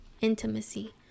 intimacy